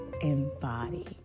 embody